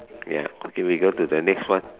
ya okay we go to the next one